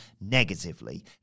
negatively